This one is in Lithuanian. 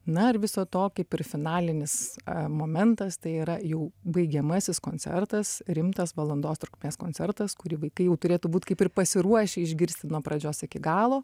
na ir viso to kaip ir finalinis momentas tai yra jau baigiamasis koncertas rimtas valandos trukmės koncertas kurį vaikai jau turėtų būt kaip ir pasiruošę išgirsti nuo pradžios iki galo